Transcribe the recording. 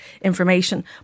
information